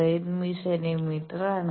48 സെന്റീമീറ്ററാണ്